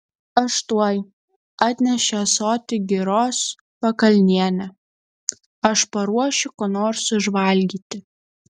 aš tuoj atnešė ąsotį giros pakalnienė aš paruošiu ko nors užvalgyti